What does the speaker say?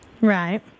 Right